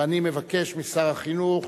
אני מבקש משר החינוך